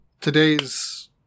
today's